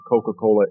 Coca-Cola